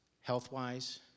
health-wise